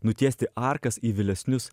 nutiesti arkas į vėlesnius